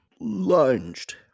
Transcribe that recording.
lunged